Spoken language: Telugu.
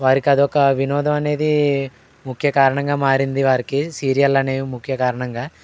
వారికి అదొక వినోదం అనేది ముఖ్య కారణంగా మారింది వారికి సీరియళ్ళు అనేవి ముఖ్య కారణంగా